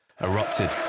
erupted